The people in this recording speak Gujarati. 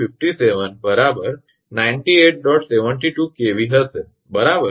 72 𝑘𝑉 હશે બરાબર